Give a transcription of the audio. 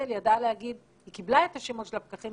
יעל ידעה להגיד שהיא קיבלה את השמות של הפקחים,